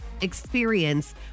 experience